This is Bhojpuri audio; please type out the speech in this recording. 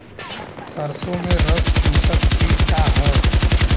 सरसो में रस चुसक किट का ह?